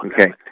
Okay